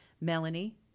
Melanie